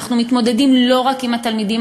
אנחנו מתמודדים לא רק עם התלמידים,